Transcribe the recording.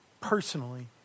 personally